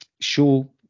show